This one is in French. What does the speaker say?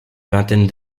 vingtaine